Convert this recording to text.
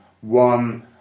one